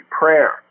prayer